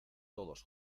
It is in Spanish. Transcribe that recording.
todos